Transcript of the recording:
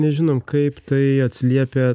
nežinom kaip tai atsiliepia